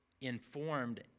informed